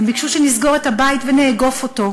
הם ביקשו שנסגור את הבית ונגיף אותו,